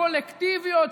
קולקטיביות,